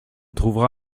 trouvera